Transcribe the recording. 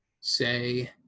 say